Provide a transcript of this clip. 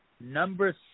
Number